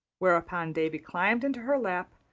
whereupon davy climbed into her lap,